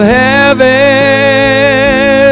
heaven